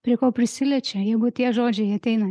prie ko prisiliečia jeigu tie žodžiai ateina